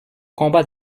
combat